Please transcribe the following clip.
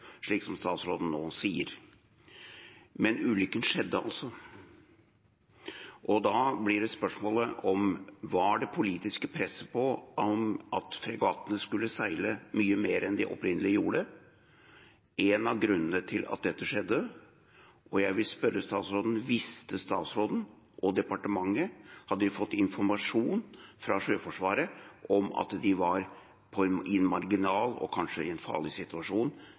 slik statsråden nå sier, men ulykken skjedde altså, og da blir spørsmålet: Var det politiske presset på at fregattene skulle seile mye mer enn de opprinnelig gjorde, en av grunnene til at dette skjedde? Og jeg vil spørre statsråden: Visste statsråden og departementet noe, hadde de fått informasjon fra Sjøforsvaret om at de var i en marginal og kanskje i en farlig situasjon